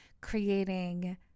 creating